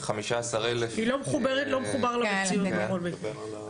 15,000 --- לא מחובר למציאות בכל מקרה.